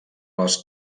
les